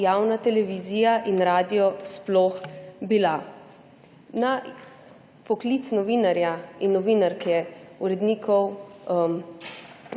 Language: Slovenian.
javna televizija in radio sploh bila. Poklic novinarja in novinarke, urednikov,